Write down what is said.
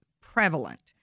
prevalent